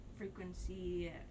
frequency